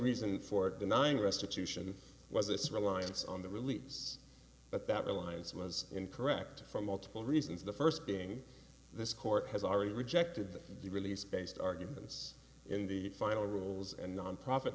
reason for denying restitution was this reliance on the release but that reliance was incorrect from multiple reasons the first being this court has already rejected the release based arguments in the final rules and nonprofit